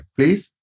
Please